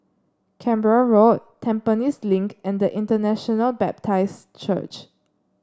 Canberra Road Tampines Link and International Baptist Church